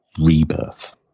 rebirth